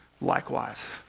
likewise